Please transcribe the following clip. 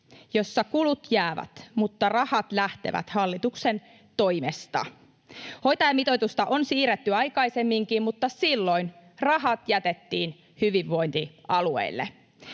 jossa kulut jäävät mutta rahat lähtevät hallituksen toimesta. Hoitajamitoitusta on siirretty aikaisemminkin, mutta silloin rahat jätettiin hyvinvointialueille.